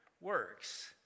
works